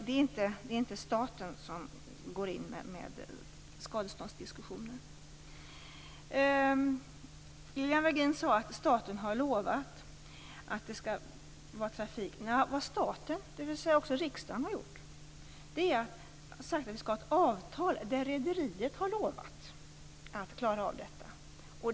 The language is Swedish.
Det är inte staten som går in i skadeståndsdiskussioner. Lilian Virgin sade att staten har lovat att det skall vara trafik. Vad staten och också riksdagen har gjort är att säga att vi skall ha ett avtal där rederiet lovar att klara av detta.